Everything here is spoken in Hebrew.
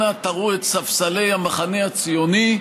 אנא תראו את ספסלי המחנה הציוני,